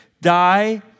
die